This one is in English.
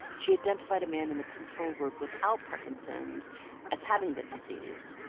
she identified a man in the control group without parkinson's as having the disease.